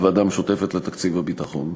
הוועדה המשותפת לתקציב הביטחון.